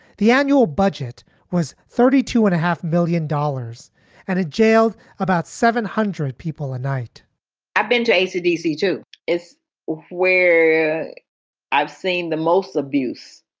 the annual budget was thirty two and a half billion dollars and a jail about seven hundred people a night i've been to ac dc two is where i've seen the most abuse,